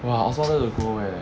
!wah! I also wanted to go eh